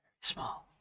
small